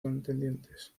contendientes